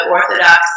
Orthodox